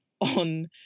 on